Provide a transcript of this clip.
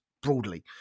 broadly